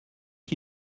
qui